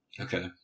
Okay